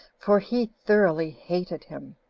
for he thoroughly hated him.